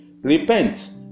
Repent